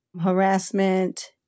Harassment